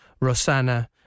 Rosanna